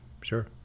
sure